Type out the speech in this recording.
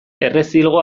errezilgo